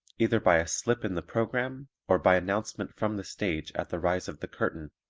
either by a slip in the program, or by announcement from the stage at the rise of the curtain,